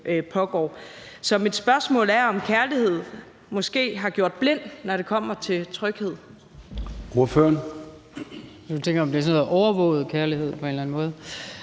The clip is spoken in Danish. pågår. Så mit spørgsmål er, om kærlighed måske har gjort blind, når det kommer til tryghed.